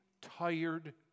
tired